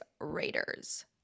Raiders